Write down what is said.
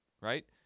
right